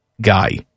guy